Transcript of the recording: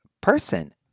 person